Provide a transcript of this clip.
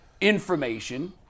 information